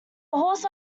horse